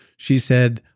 she said,